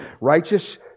righteous